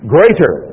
Greater